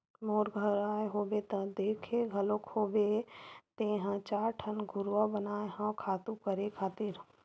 मोर घर आए होबे त देखे घलोक होबे तेंहा चार ठन घुरूवा बनाए हव खातू करे खातिर